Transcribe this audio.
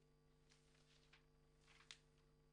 עד שזה עולה,